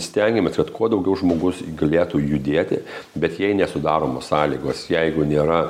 stengiamės kad kuo daugiau žmogus galėtų judėti bet jei nesudaromos sąlygos jeigu nėra